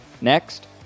Next